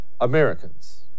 americans